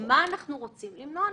מה אנחנו רוצים למנוע?